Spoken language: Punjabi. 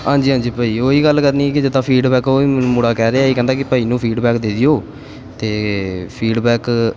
ਹਾਂਜੀ ਹਾਂਜੀ ਭਾਅ ਜੀ ਉਹੀ ਗੱਲ ਕਰਨੀ ਕਿ ਜਿੱਦਾਂ ਫੀਡਬੈਕ ਉਹੀ ਮੈਨੂੰ ਮੁੰਡਾ ਕਹਿ ਰਿਹਾ ਕਹਿੰਦਾ ਕਿ ਭਾਅ ਜੀ ਨੂੰ ਫੀਡਬੈਕ ਦੇ ਦਿਓ ਅਤੇ ਫੀਡਬੈਕ